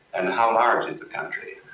and how large is the country?